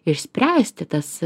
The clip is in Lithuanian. išspręsti tas